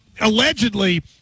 allegedly